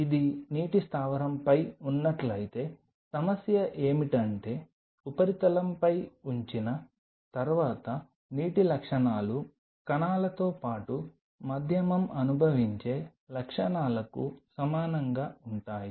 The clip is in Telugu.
ఇది నీటి స్థావరంపై ఉన్నట్లయితే సమస్య ఏమిటంటే ఉపరితలంపై ఉంచిన తర్వాత నీటి లక్షణాలు కణాలతో పాటు మాధ్యమం అనుభవించే లక్షణాలకు సమానంగా ఉంటాయి